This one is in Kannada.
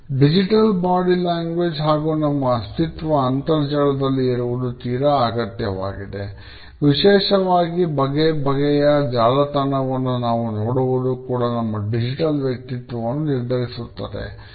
ಡಿಜಿಟಲ್ ಬಾಡಿ ಲ್ಯಾಂಗ್ವೇಜ್ ನಿರ್ಧರಿಸುತ್ತದೆ